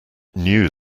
knew